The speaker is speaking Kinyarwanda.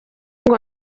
ngo